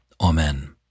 Amen